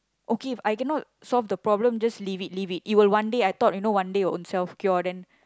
okay If I cannot solve the problem then just leave it leave it it will one day I thought you know one day will ownself cure then